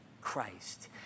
Christ